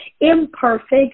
imperfect